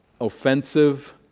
offensive